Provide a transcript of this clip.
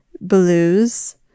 blues